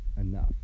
enough